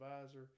advisor